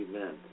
men